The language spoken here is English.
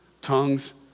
Tongues